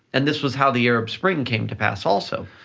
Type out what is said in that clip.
and this was how the arab spring came to pass also.